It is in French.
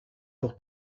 pour